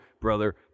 brother